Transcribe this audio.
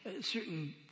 certain